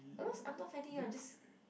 I'm not fighting ah I'm just